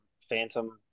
Phantom